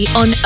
on